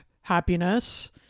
happiness